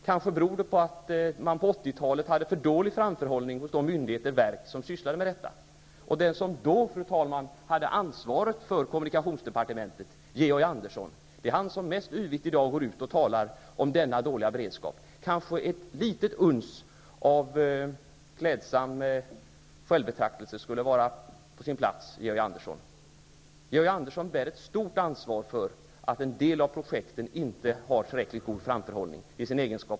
Kanske beror det på att man på 80-talet hade för dålig framförhållning hos de myndigheter och verk som sysslade med detta. Den som då hade ansvaret för kommunikationsdepartementet, Georg Andersson, är den som i dag mest yvigt talar om denna dåliga beredskap. Kanske ett litet uns av klädsam självbetraktelse skulle vara på sin plats, Georg Andersson. I sin egenskap av tidigare departementschef bär Georg Andersson ett stort ansvar för att en del av projekten inte har tillräckligt god framförhållning.